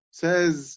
says